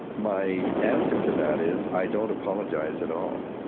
my answer to that is i don't apologise at all,